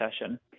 session